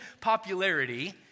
popularity